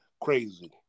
crazy